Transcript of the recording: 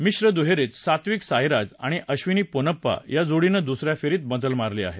मिश्र दुहेरीत सात्विक साईराज आणि अक्षिनी पोन्नप्पा या जोडीनं दुस या फेरीत मजल मारली आहे